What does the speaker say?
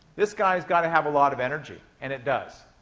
this guy has got to have a lot of energy and it does.